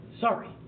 sorry